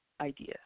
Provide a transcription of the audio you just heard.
idea